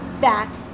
back